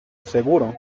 seguro